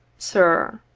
sir